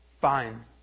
fine